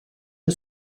are